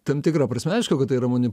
tam tikra prasme aišku kad tai yra mani